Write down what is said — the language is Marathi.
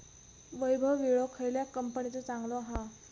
वैभव विळो खयल्या कंपनीचो चांगलो हा?